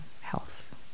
health